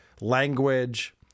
language